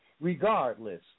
Regardless